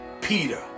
Peter